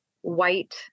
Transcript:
white